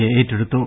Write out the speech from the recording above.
A ഏറ്റെടുത്തു